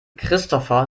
christopher